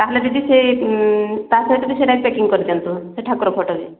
ତାହାଲେ ଦିଦି ସେ ତା ସହିତ ବି ସେଟା ପେକିଙ୍ଗ୍ କରି ଦିଅନ୍ତୁ ସେ ଠାକୁର ଫଟୋ ବି